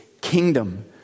kingdom